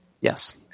yes